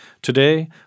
Today